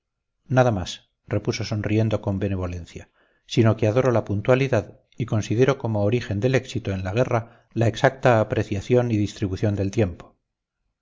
nada más repuso sonriendo con benevolencia sino que adoro la puntualidad y considero como origen del éxito en la guerra la exacta apreciación y distribución del tiempo